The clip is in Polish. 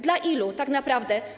Dla ilu tak naprawdę?